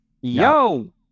Yo